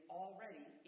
already